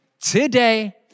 today